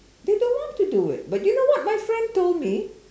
they don't want to do it but you know what my friend told me